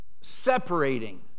separating